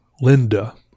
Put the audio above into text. Linda